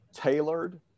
tailored